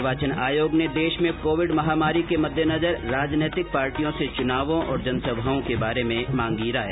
निर्वाचन आयोग ने देश में कोविड महामारी के मद्देनजर राजनैतिक पार्टियों से चुनावों और जनसभाओं के बारे में मांगी राय